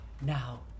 Now